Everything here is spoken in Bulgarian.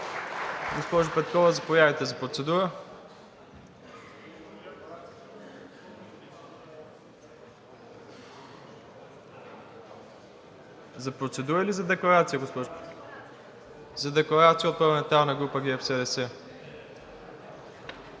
Госпожо Петкова, заповядайте за процедура. За процедура или за декларация, госпожо Петкова? За декларация от парламентарната група на